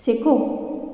सिखो